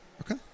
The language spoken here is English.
Okay